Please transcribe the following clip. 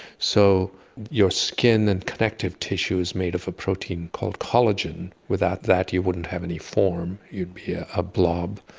so your skin and connective tissue is made of a protein called collagen. without that you wouldn't have any form, you'd be ah a blob.